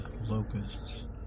locusts